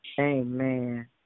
Amen